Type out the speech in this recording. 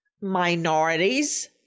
minorities